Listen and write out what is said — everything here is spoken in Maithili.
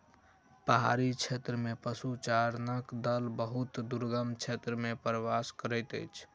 पहाड़ी क्षेत्र में पशुचारणक दल बहुत दुर्गम क्षेत्र में प्रवास करैत अछि